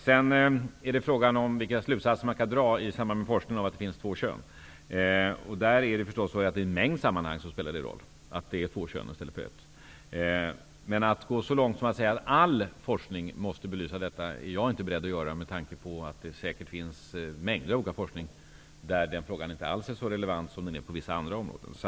Sedan är frågan vilka slutsatser man i samband med forskning kan dra av det faktum att det finns två kön. I en mängd sammanhang spelar det en roll att det finns två kön i stället för ett. Men att gå så långt som att kräva att all forskning måste belysa detta är jag inte beredd till med tanke på att det säkert finns mängder av forskningsområden där den frågan inte alls är så relevant som den är på vissa andra områden.